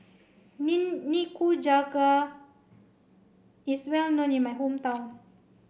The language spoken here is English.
Nikujaga is well known in my hometown